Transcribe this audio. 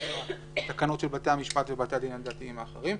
ועדת החוקה לתקנות של בתי הדין הדתיים האחרים.